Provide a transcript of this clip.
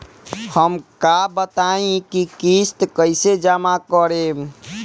हम का बताई की किस्त कईसे जमा करेम?